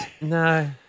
No